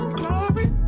glory